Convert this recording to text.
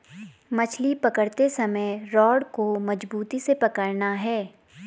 मछली पकड़ते समय रॉड को मजबूती से पकड़ना है